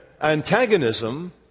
antagonism